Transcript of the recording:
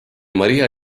maria